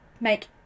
make